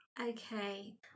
Okay